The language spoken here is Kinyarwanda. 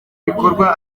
bikorwa